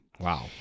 Wow